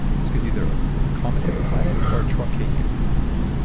it's because either a comet hit the planet, or a truck hit you right.